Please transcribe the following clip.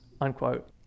unquote